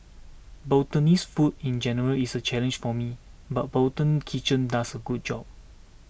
Bhutanese food in general is a challenge for me but Bhutan Kitchen does a good job